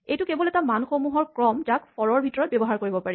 এইটো কেৱল এটা মানসমূহৰ ক্ৰম যাক ফৰ ৰ ভিতৰত ব্যৱহাৰ কৰিব পাৰি